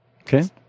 Okay